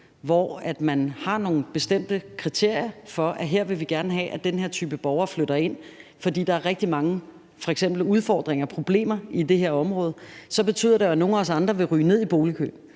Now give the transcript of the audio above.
hvor man har nogle bestemte kriterier for, at her vil vi gerne have at den her type borger flytter ind, fordi der f.eks. er rigtig mange udfordringer og problemer i det her område, så betyder det, at nogle af os andre vil ryge ned i boligkøen.